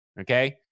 okay